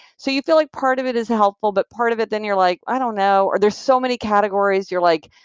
so you feel like part of it is helpful but part of it then you're like, i don't know. there's so many categories, you're like,